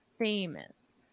famous